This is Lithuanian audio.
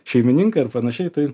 šeimininką ir panašiai tai